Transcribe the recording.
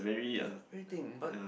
everything but